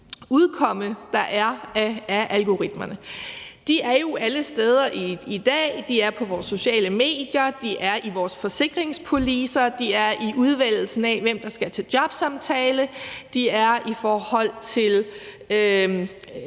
der er af algoritmerne. De er der jo alle steder i dag. De er der på vores sociale medier, de er der i vores forsikringspolicer, de er der i udvælgelsen af, hvem der skal til jobsamtale, de er der i forhold til